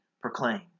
proclaimed